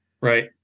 Right